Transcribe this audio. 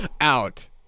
Out